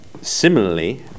similarly